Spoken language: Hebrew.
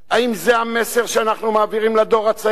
האם זה המסר שאנחנו מעבירים לדור הצעיר,